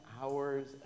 hours